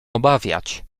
obawiać